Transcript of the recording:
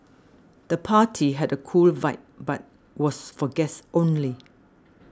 the party had a cool vibe but was for guests only